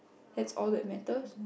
that's all that matters